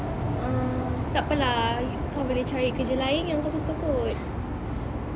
takpe lah kau boleh cari kerja lain yang kau suka kot